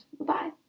bye